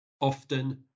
Often